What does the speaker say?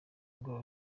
ubwoba